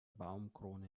baumkrone